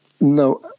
no